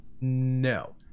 No